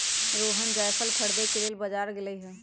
रोहण जाएफल खरीदे के लेल बजार गेलई ह